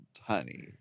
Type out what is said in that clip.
honey